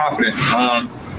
confident